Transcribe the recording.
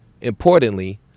importantly